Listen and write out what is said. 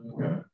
Okay